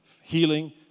healing